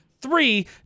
three